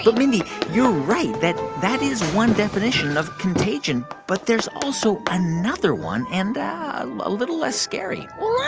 but mindy, you're right. that that is one definition of contagion, but there's also another one and a little less scary well, i'm